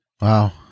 Wow